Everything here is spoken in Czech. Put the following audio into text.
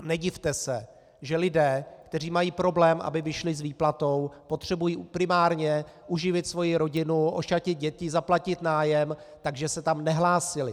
Nedivte se, že lidé, kteří mají problém, aby vyšli s výplatou, potřebují primárně uživit svoji rodinu, ošatit děti, zaplatit nájem, tak že se tam nehlásili.